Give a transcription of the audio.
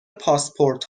پاسپورت